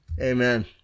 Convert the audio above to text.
Amen